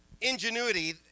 ingenuity